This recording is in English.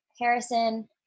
Harrison